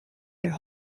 their